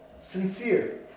sincere